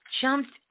jumped